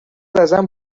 ازم